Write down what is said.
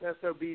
SOB